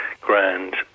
grand